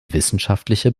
wissenschaftliche